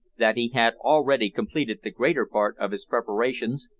that he had already completed the greater part of his preparations,